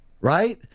right